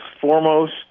foremost